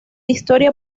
historia